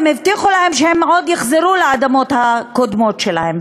הבטיחו להם שהם עוד יחזרו לאדמות הקודמות שלהם.